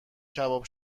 کباب